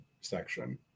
section